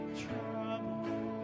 trouble